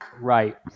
right